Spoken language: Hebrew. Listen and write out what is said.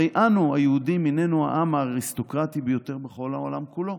הרי אנו היהודים היננו העם האריסטוקרטי ביותר בכל העולם כולו"